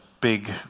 big